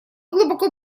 глубоко